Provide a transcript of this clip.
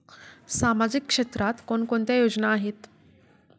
सामाजिक क्षेत्रात कोणकोणत्या योजना आहेत?